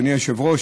אדוני היושב-ראש,